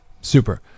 Super